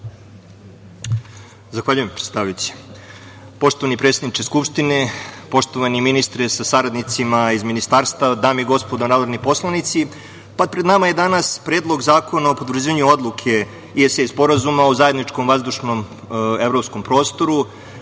Zahvaljujem, predsedavajući. Poštovani predsedniče skupštine, poštovani ministre sa saradnicima iz Ministarstva, dame i gospodo narodni poslanici, pred nama je danas Predlog zakona o potvrđivanju Odluke i Sporazuma o zajedničkom vazdušnom evropskom prostoru,